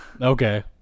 okay